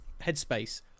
headspace